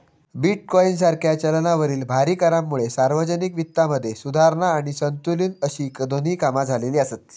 bitcoin सारख्या चलनावरील भारी करांमुळे सार्वजनिक वित्तामध्ये सुधारणा आणि संतुलन अशी दोन्ही कामा झालेली आसत